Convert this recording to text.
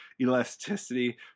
elasticity